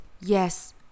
Yes